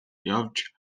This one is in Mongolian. явж